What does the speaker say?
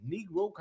Negro